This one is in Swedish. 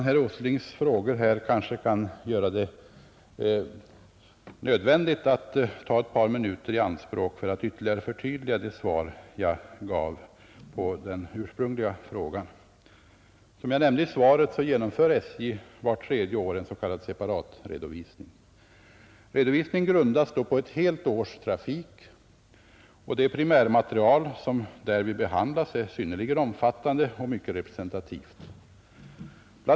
Herr Åslings frågor här gör det kanske nödvändigt att ta ett par minuter i anspråk för att ytterligare förtydliga det svar jag gav på den ursprungliga frågan. Som jag nämnde i mitt svar genomför SJ vart tredje år en s.k. separatredovisning. Redovisningen grundas då på ett helt års trafik, och det primärmaterial som därvid behandlas är synnerligen omfattande och mycket representativt. Bl.